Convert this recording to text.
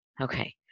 Okay